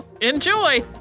enjoy